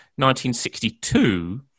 1962